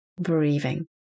breathing